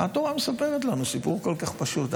למה התורה מספרת לנו סיפור כל כך פשוט?